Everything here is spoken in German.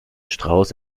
strauß